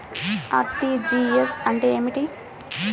RTGS అంటే ఏమిటి?